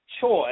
choice